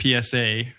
PSA